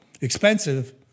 Expensive